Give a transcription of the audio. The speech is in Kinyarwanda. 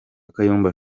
kayumba